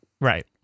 Right